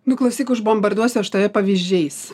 nu klausyk užbombarduosiu aš tave pavyzdžiais